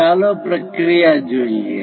ચાલો પ્રક્રિયા જોઈએ